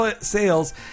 sales